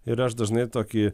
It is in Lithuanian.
ir aš dažnai tokį